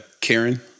Karen